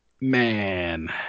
Man